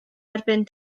erbyn